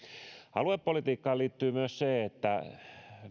aluepolitiikkaan liittyy myös se että